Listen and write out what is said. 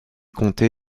comté